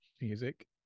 music